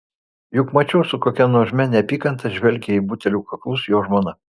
juk mačiau su kokia nuožmia neapykanta žvelgia į butelių kaklus jo žmona